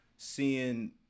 seeing